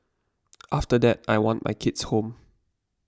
after that I want my kids home